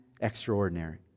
extraordinary